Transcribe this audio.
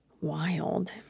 wild